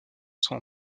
sont